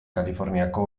kaliforniako